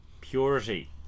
Purity